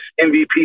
MVP